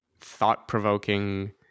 thought-provoking